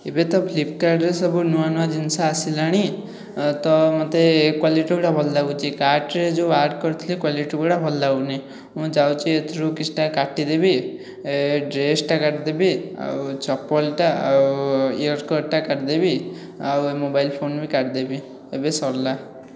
ଏବେ ତ ଫ୍ଲିପକାର୍ଟ ରେ ସବୁ ନୂଆ ନୂଆ ଜିନିଷ ଆସିଲାଣି ତ ମୋତେ କ୍ୱାଲିଟି ଗୁଡ଼ାକ ଭଲ ଲାଗୁଛି କାର୍ଟ ରେ ଯେଉଁ ଆଡ଼ କରିଥିଲି କ୍ୱାଲିଟି ଗୁଡ଼ାକ ଭଲ ଲାଗୁନି ମୁଁ ଚାହୁଁଛି ଏଥିରୁ କିଛିଟା କାଟିଦେବି ଡ୍ରେସ ଟା କାଟିଦେବି ଆଉ ଚପଲ ଟା ଆଉ ଇଅରକଡ଼ କଟିଦେବି ଆଉ ଏ ମୋବାଇଲ ଫୋନ୍ ବି କାଟିଦେବି ଏବେ ସରିଲା